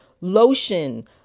lotion